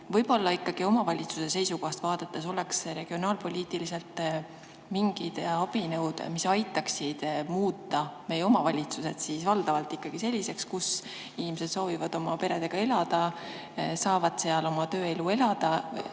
Võib-olla ikkagi omavalitsuse seisukohast vaadates oleks vaja regionaalpoliitiliselt mingeid abinõusid, mis aitaksid muuta meie omavalitsused valdavalt sellisteks, kus inimesed soovivad oma peredega elada, kus nad saavad ka oma tööelu elada.